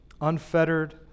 unfettered